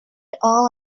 all